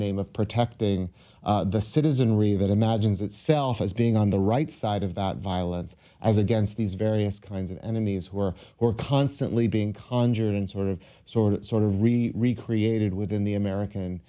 name of protecting the citizenry that imagines itself as being on the right side of that violence as against these various kinds of enemies who are who are constantly being conjured and sort of sort of sort of recreated within the american